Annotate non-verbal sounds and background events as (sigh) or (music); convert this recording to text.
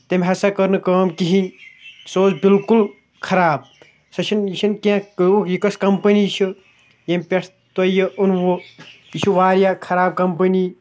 تٔمۍ ہسا کٔر نہٕ کٲم کِہیٖنۍ سُہ اوس بِلکُل خراب سۄ چھِنہٕ یہِ چھِنہٕ کیٚنٛہہ (unintelligible) یہِ کۄس کَمپٔنی چھِ ییٚمہِ پٮ۪ٹھٕ تۄہہِ یہِ اوٚنوٕ یہِ چھِ واریاہ خراب کَمپٔنی